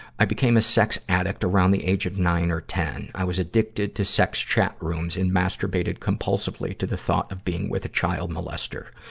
i became a sex addict around the age of nine or ten. i was addicted to sex chat rooms and masturbated compulsively to the thought of being with a child molester.